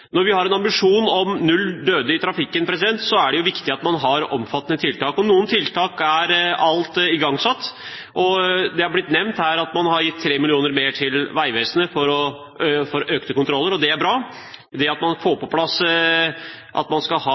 Når vi har en ambisjon om null døde i trafikken, er det viktig at man har omfattende tiltak. Noen tiltak er alt igangsatt. Det er blitt nevnt her at man har gitt 3 mill. kr mer til Vegvesenet til økte kontroller, og det er bra. Det at man får på plass at man skal ha